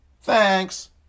Thanks